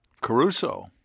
Caruso